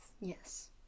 Yes